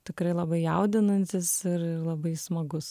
tikrai labai jaudinantis ir ir labai smagus